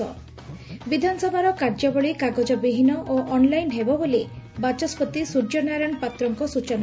ବିଧାନସଭାର କାର୍ଯ୍ୟାବଳୀ କାଗଜବିହୀନ ଓ ଅନ୍ଲାଇନ୍ ହେବ ବୋଲି ବାଚସ୍ୱତି ସ୍ର୍ଯ୍ୟନାରାୟଶ ପାତ୍ରଙ୍କ ସ୍ରୂଚନା